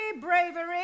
bravery